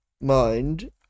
Mind